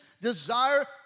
desire